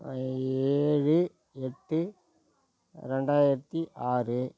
ஏழு எட்டு ரெண்டாயிரத்தி ஆறு